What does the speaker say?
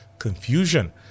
Confusion